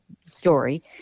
story